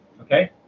okay